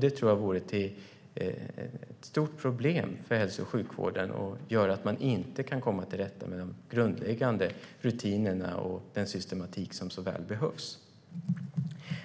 Det tror jag vore ett stort problem för hälso och sjukvården och skulle göra att man inte kan komma till rätta med de grundläggande rutinerna och den systematik som så väl behövs.